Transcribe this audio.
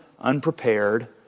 unprepared